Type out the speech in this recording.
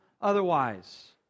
otherwise